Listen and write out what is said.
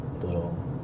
little